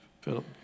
Philip